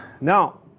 Now